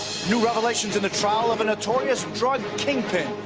new revelations in the trial of a notorious drug king pin.